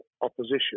opposition